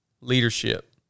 leadership